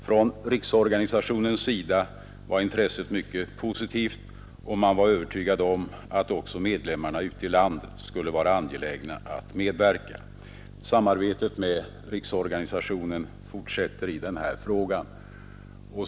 Från riksorganisationens sida ställer man sig positiv, och man var övertygad om att också medlemmarna ute i landet skulle vara angelägna om att medverka. Samarbetet med riksorganisationen fortsätter i denna fråga.